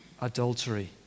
adultery